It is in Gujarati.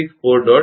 3 5764